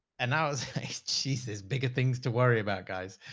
and now she says bigger things to worry about guys.